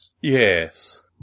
Yes